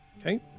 Okay